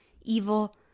evil